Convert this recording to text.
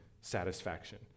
satisfaction